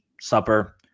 supper